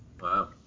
Wow